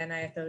בין היתר,